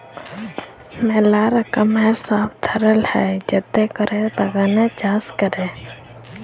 ম্যালা রকমের সব ধরল হ্যয় যাতে ক্যরে বাগানে চাষ ক্যরে